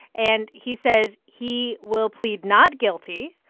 and he says he will plead not guilty.